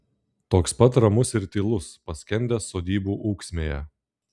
toks pat ramus ir tylus paskendęs sodybų ūksmėje